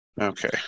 Okay